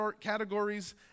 categories